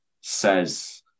says